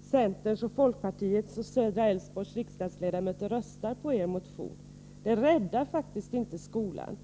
centerns, folkpartiets och södra Älvsborgs riksdagsledamöter röstar på er motion. Det räddar faktiskt inte skolan.